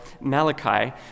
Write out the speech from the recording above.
Malachi